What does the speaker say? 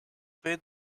bid